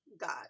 God